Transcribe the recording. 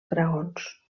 graons